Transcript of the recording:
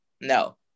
no